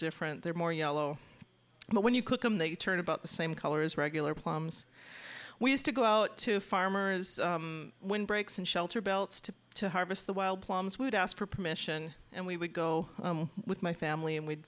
different they're more yellow but when you cook them they turn about the same color as regular plums we used to go out to farmers windbreaks and shelter belts to to harvest the wild plums would ask for permission and we would go with my family and we'd